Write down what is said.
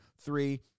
three